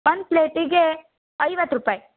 ಒಂದು ಪ್ಲೇಟಿಗೆ ಐವತ್ತು ರೂಪಾಯಿ